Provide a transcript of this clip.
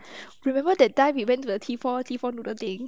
remember that time we went to the T four T four noodles things